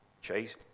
Chase